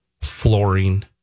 flooring